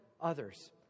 others